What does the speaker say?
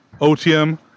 OTM